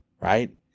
right